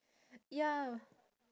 ya